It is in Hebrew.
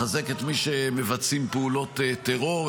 לחזק את מי שמבצעים פעולות טרור,